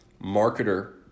marketer